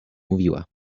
mówiła